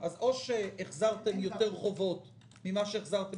אז או שהחזרתם יותר חובות מאשר החזרתם